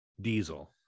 Diesel